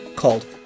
called